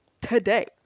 today